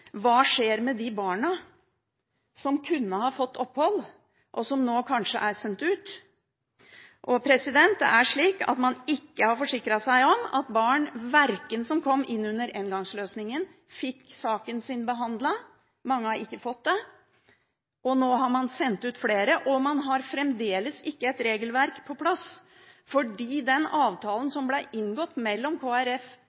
Hva skjer med de barna som kunne ha fått opphold, og som nå kanskje er sendt ut? Det er slik at man ikke har forsikret seg om at barn som kom inn under engangsløsningen, fikk saken sin behandlet – mange har ikke fått det – og nå har man sendt ut flere, og man har fremdeles ikke et regelverk på plass fordi den avtalen